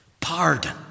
pardon